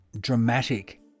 dramatic